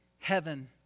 heaven